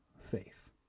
faith